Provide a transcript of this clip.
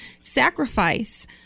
sacrifice